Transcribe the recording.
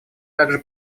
также